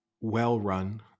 well-run